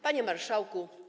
Panie Marszałku!